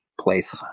place